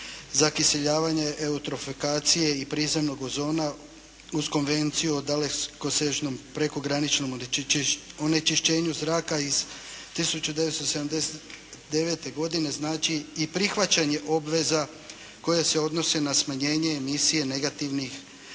zakiseljavanja, eutrofikacije i prizemnog ozona uz Konvenciju o dalekosežnom prekograničnom onečišćenju zraka iz 1979. godine, znači i prihvaćanje obveza koje se odnose na smanjenje emisije negativnih